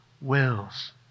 wills